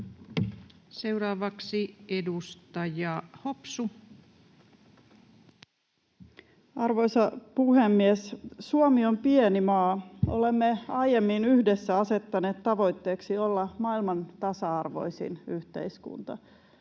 Seuraavaksi edustaja Hopsu. Arvoisa puhemies! Suomi on pieni maa. Olemme aiemmin yhdessä asettaneet tavoitteeksi olla maailman tasa-arvoisin yhteiskunta.